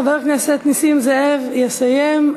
חבר הכנסת נסים זאב יסיים.